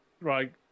Right